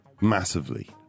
massively